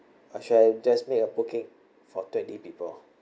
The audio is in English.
or should I just make a booking for twenty people